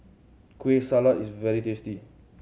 Kueh Salat is very tasty